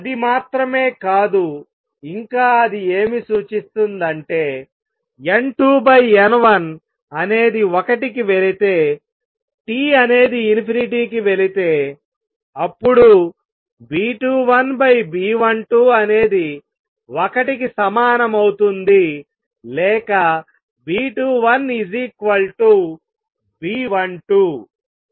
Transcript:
అది మాత్రమే కాదు ఇంకా అది ఏమి సూచిస్తుంది అంటే N2N1 అనేది 1కి వెళితే T అనేది కి వెళితే అప్పుడు B21 B12 అనేది ఒకటికి సమానమవుతుంది లేక B21 B12